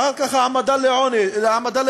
ואחר כך ההעמדה לדין,